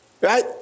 Right